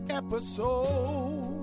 episode